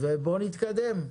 בואו נתקדם.